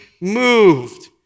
moved